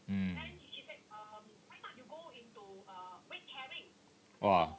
mm !wah!